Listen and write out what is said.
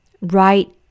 Right